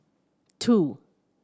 two